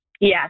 Yes